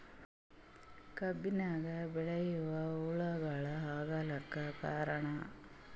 ಕಬ್ಬಿಗ ಬಿಳಿವು ಹುಳಾಗಳು ಆಗಲಕ್ಕ ಕಾರಣ?